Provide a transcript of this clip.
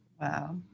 Wow